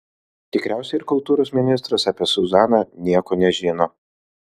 tikriausiai ir kultūros ministras apie zuzaną nieko nežino